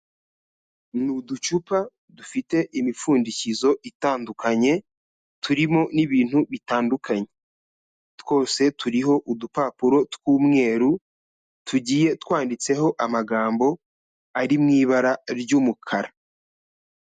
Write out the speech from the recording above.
Ni uducupa dufite imipfundikizo itandukanye turimo n'ibintu bitandukanye, twose turiho udupapuro tw'umweru tugiye twanditseho amagambo ari mu ibara ry'umukara.